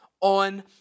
on